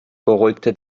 beruhigte